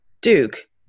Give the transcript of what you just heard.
Duke